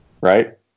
Right